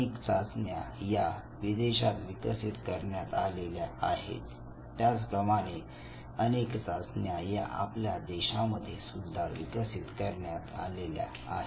अनेक चाचण्या या विदेशात विकसित करण्यात आलेल्या आहेत त्याचप्रमाणे अनेक चाचण्या या आपल्या देशांमध्ये सुद्धा विकसित करण्यात आलेल्या आहेत